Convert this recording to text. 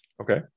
Okay